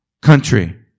country